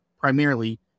primarily